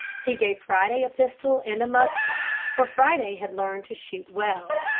he gave friday a pistol and a musket, for friday had learned to shoot well.